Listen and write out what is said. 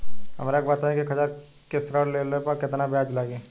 हमरा के बताई कि एक हज़ार के ऋण ले ला पे केतना ब्याज लागी?